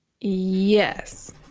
yes